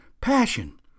Passion